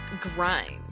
grind